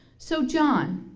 so john,